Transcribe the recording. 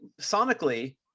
sonically